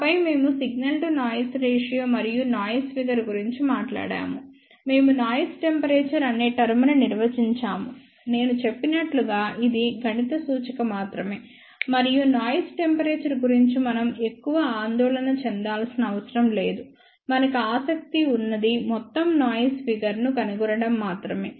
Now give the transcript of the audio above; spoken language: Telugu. ఆపై మేము సిగ్నల్ టు నాయిస్ రేషియో మరియు నాయిస్ ఫిగర్ గురించి మాట్లాడాము మేము నాయిస్ టెంపరేచర్ అనే టర్మ్ న్ని నిర్వచించాము నేను చెప్పినట్లుగా ఇది గణిత సూచిక మాత్రమే మరియు నాయిస్ టెంపరేచర్ గురించి మనం ఎక్కువగా ఆందోళన చెందాల్సిన అవసరం లేదు మనకు ఆసక్తి ఉన్నది మొత్తం నాయిస్ ఫిగర్ ను కనుగొనడం మాత్రమే